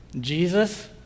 Jesus